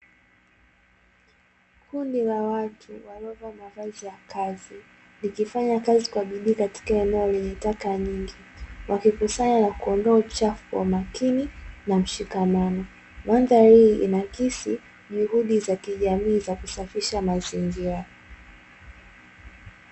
Kundi la watu waliovaa mavazi ya kazi likifanya kazi kwa bidii katika eneo lenye taka nyingi, wakikusanya na kuondoa uchafu kwa makini na mshikamano. Mandhari hii inaakisi juhudi za kijamii za kusafisha mazingira.